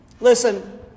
Listen